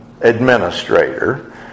administrator